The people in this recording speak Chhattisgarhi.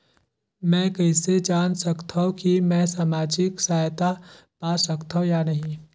मै कइसे जान सकथव कि मैं समाजिक सहायता पा सकथव या नहीं?